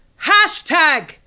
Hashtag